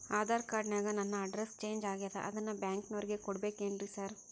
Aadhaar card ನ್ಯಾಗ ನನ್ address change ಆಗ್ಯಾದ ಅದನ್ನ ಬ್ಯಾಂಕಿನೊರಿಗೆ ಕೊಡ್ಬೇಕೇನ್ರಿ ಸಾರ್?